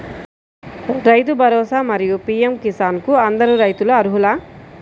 రైతు భరోసా, మరియు పీ.ఎం కిసాన్ కు అందరు రైతులు అర్హులా?